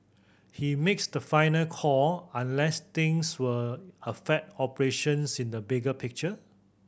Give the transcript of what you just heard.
he makes the final call unless things will affect operations in the bigger picture